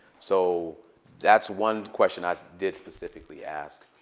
so that's one question i did specifically ask.